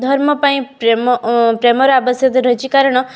ଧର୍ମ ପାଇଁ ପ୍ରେମ ପ୍ରେମର ଆବଶ୍ୟକତା ରହିଛି କାରଣ